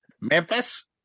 Memphis